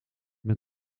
met